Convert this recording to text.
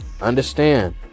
understand